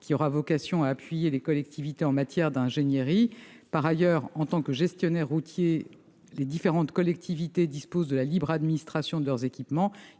qui aura vocation à appuyer les collectivités territoriales en matière d'ingénierie. Par ailleurs, en tant que gestionnaires routiers, les différentes collectivités disposent de la libre administration de leurs équipements,